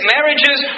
Marriages